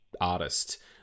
artist-